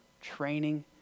training